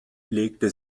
legte